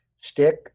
stick